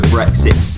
Brexit